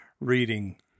reading